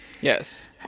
yes